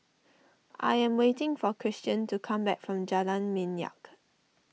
I am waiting for Christian to come back from Jalan Minyak